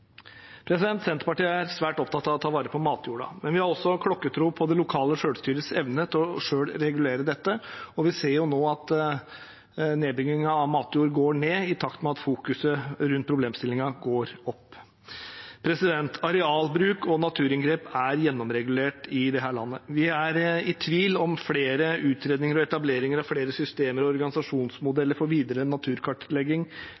Senterpartiet er svært opptatt av å ta vare på matjorda, men vi har også klokkertro på det lokale selvstyrets evne til selv å regulere dette. Vi ser jo nå at nedbyggingen av matjord går ned, i takt med at fokuset rundt problemstillingen går opp. Arealbruk og naturinngrep er gjennomregulert i dette landet. Vi er i tvil om flere utredninger og etablering av flere systemer og